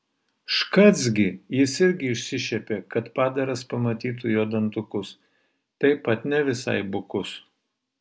škac gi jis irgi išsišiepė kad padaras pamatytų jo dantukus taip pat ne visai bukus